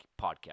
podcast